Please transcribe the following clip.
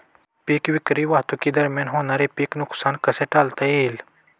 पीक विक्री वाहतुकीदरम्यान होणारे पीक नुकसान कसे टाळता येईल?